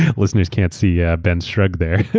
listeners can't see yeah ben's shrug there.